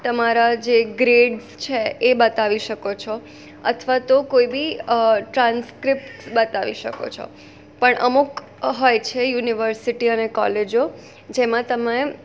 તમારા જે ગ્રેડ્સ છે એ બતાવી શકો છો અથવા તો કોઈ બી ટ્રાનસ્ક્રિપ્ટ્સ બતાવી શકો છો પણ અમુક હોય છે યુનિવર્સિટી અને કોલેજો જેમાં તમે